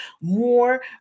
more